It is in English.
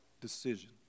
decision